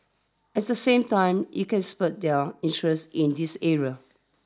as the same time it can spur their interest in these areas